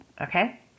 okay